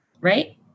Right